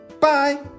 Bye